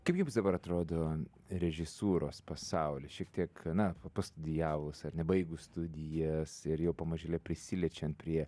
kaip jums dabar atrodo režisūros pasaulis šiek tiek na pastudijavus ar ne baigus studijas ir jau pamažėle prisiliečiant prie